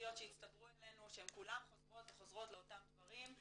האינסופיות שהצטברו אלינו שהן כולן חוזרות וחוזרות לאותם דברים,